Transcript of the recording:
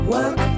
Work